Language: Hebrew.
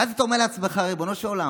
ואז אתה אומר לעצמך: ריבונו של עולם.